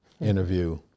interview